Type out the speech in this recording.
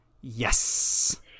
Yes